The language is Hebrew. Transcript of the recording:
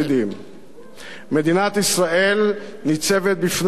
מדינת ישראל ניצבת בפני איומים גדולים מבחוץ,